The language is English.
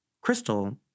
Crystal